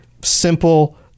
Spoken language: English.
Simple